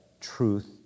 truth